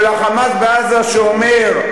של ה"חמאס" בעזה, שאומר: